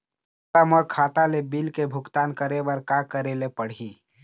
मोला मोर खाता ले बिल के भुगतान करे बर का करेले पड़ही ही?